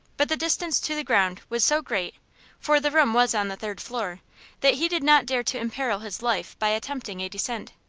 but the distance to the ground was so great for the room was on the third floor that he did not dare to imperil his life by attempting a descent.